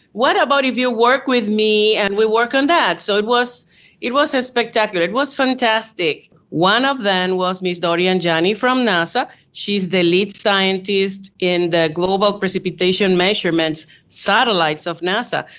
what about if you work with me and we work on that? so it was it was spectacular, it was fantastic. one of them was miss dorian janney from nasa, she's the lead scientist in the global precipitation measurements satellites of nasa,